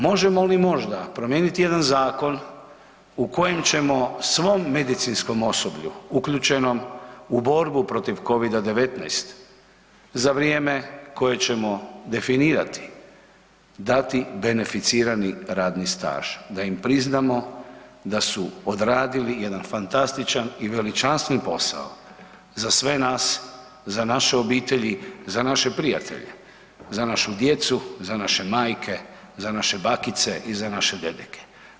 Možemo li možda promijeniti jedan zakon u kojem ćemo svom medicinskom osoblju uključenom u borbu protiv Covida-19 za vrijeme koje ćemo definirati dati beneficirani radni staž, da im priznamo da su odradili jedan fantastičan i veličanstven posao, za sve nas, za naše obitelji, za naše prijatelje, za našu djecu, za naše majke, za naše bakice, za naše dedeke?